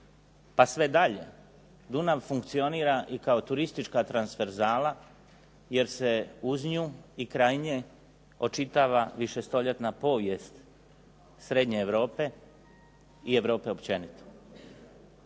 pa sve dalje, Dunav funkcionira i kao turistička transverzala jer se u nju i kraj nje očitava višestoljetna povijest Srednje Europe i Europe općenito.